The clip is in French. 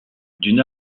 d’une